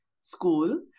school